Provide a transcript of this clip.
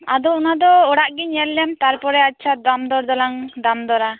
ᱟᱫᱚ ᱚᱱᱟ ᱫᱚ ᱚᱲᱟᱜ ᱧᱮᱞ ᱞᱮᱢ ᱛᱟᱨᱯᱚᱨ ᱟᱪᱪᱷᱟ ᱫᱟᱢ ᱫᱚᱨ ᱫᱚᱞᱟᱝ ᱫᱟᱢ ᱫᱚᱨᱟ